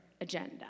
agenda